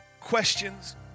questions